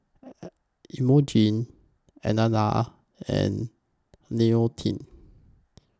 Emogene Elaina and Leontine